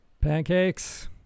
Pancakes